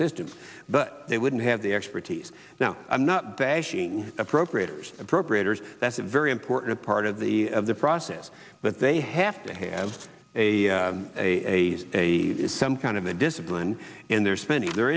system but they wouldn't have the expertise now i'm not bashing appropriators appropriators that's a very important part of the of the process but they have to have a a a some kind of a discipline in their spending there